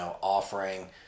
offering